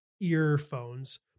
earphones